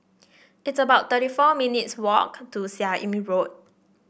it's about thirty four minutes' walk to Seah Im Road